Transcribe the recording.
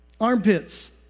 armpits